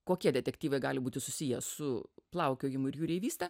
kokie detektyvai gali būti susiję su plaukiojimu ir jūreivyste